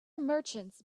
merchants